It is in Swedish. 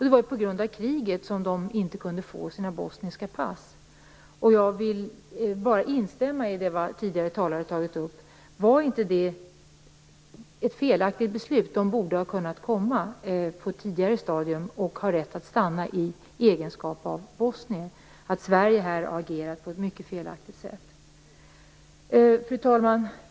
Det var på grund av kriget som de inte kunde få sina bosniska pass. Jag vill bara instämma i det som tidigare talare har tagit upp. Var inte det ett felaktigt beslut? De borde ha kunnat komma på ett tidigare stadium och ha rätt att stanna i egenskap av bosnier, och Sverige har agerat på ett mycket felaktigt sätt i detta sammanhang. Fru talman!